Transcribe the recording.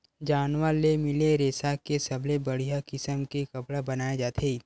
जानवर ले मिले रेसा के सबले बड़िया किसम के कपड़ा बनाए जाथे